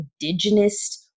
indigenous